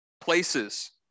places